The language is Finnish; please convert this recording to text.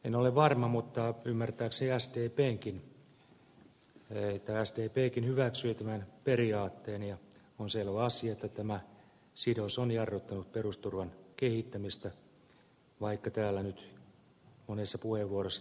en ole varma mutta ymmärtääkseni sdpkin hyväksyi tämän periaatteen ja on selvä asia että tämä sidos on jarruttanut perusturvan kehittämistä vaikka täällä nyt monessa puheenvuorossa toista todistetaankin